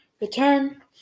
Return